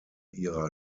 ihrer